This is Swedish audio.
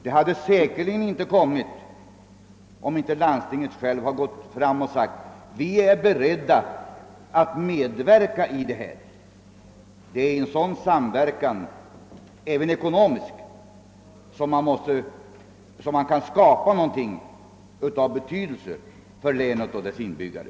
Det skulle säkerligen inte ha kommit till, om inte landstinget självt hade sagt ifrån att man var beredd att medverka. Genom en sådan samverkan även i ekoncmiskt avseende — kan man skapa någonting av betydelse för länet och. dess inbyggare.